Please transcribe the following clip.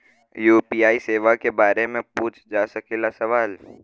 UPI सेवा के बारे में पूछ जा सकेला सवाल?